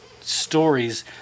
stories